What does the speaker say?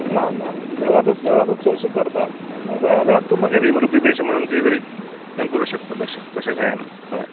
ना ना देवळांतूत देवळांतूत चडशे करतात तूं मागीर भिमरुपी बी म्हणून हे करूं शकता शकता तशें तशें कांय ना